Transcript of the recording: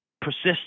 persist